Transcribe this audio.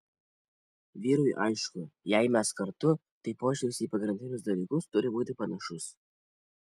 vyrui aišku jei mes kartu tai požiūris į pagrindinius dalykas turi būti panašus